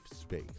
space